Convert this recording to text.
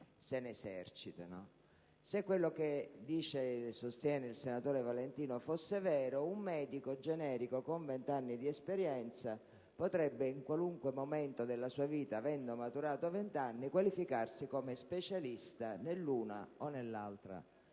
Se quello che sostiene il senatore Valentino fosse vero, un medico generico con vent'anni di esperienza, in qualunque momento della sua vita, avendo maturato vent'anni, potrebbe qualificarsi come specialista nell'una o nell'altra